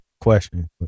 question